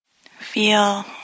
feel